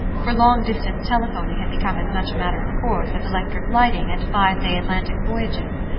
for long-distance telephoning had become as much a matter of course as electric lighting and five-day atlantic voyages.